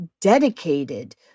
dedicated